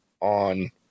on